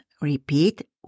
Repeat